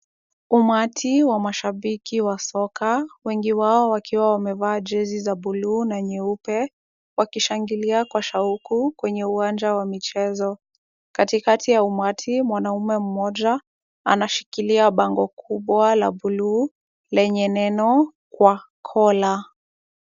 Umati wa mashabiki wa soka wengi wao wakiwa wamevaa jezi za buluu na nyeupe wakishangilia kwa shauku kwenye uwanja wa michezo . Katikati ya umati mwanamume mmoja anashikilia bango kubwa la buluu lenye neno kwa kola.